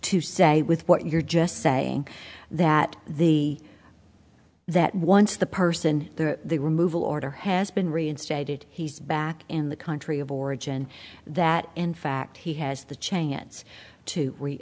to say with what you're just saying that the that once the person the removal order has been reinstated he's back in the country of origin that in fact he has the chance to